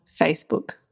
Facebook